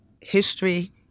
history